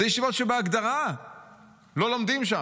אלה ישיבות שבהגדרה לא לומדים שם,